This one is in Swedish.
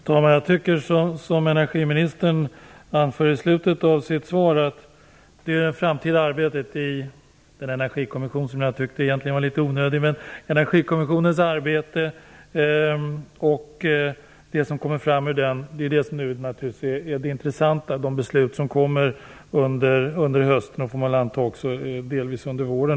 Fru talman! Jag tycker, liksom energiministern anför i slutet av sitt svar, att det framtida arbetet i Energikommissionen, som jag egentligen har tyckt vara litet onödig, och resultatet därav är det intressanta. Det gäller de beslut som kommer under hösten och, får man väl också anta, delvis under våren.